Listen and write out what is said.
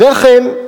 ואכן,